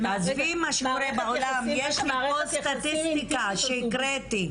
עזבי מה שקורה בעולם יש לי פה סטטיסטיקה שהקראתי.